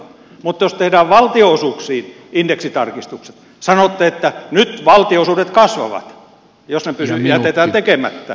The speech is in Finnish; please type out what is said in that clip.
mutta jos tehdään valtionosuuksiin indeksitarkistukset sanotte että nyt valtionosuudet kasvavat ja jos ne jätetään tekemättä